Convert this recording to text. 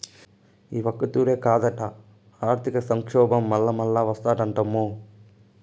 ఈ ఒక్కతూరే కాదట, ఆర్థిక సంక్షోబం మల్లామల్లా ఓస్తాదటమ్మో